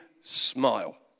smile